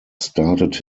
started